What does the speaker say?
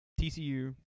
TCU